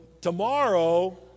tomorrow